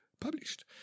published